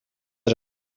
tres